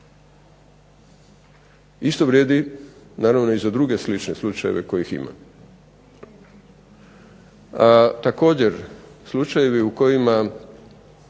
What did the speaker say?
Isto vrijedi naravno i za druge slične slučajeve kojih ima. Također, slučajevi u kojima